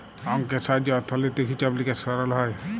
অংকের সাহায্যে অথ্থলৈতিক হিছাব লিকাস সরল হ্যয়